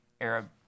Arab